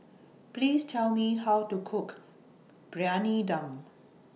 Please Tell Me How to Cook Briyani Dum